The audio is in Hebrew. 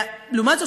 לעומת זאת,